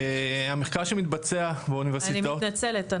המחקר שמתבצע באוניברסיטאות --- אני מתנצלת,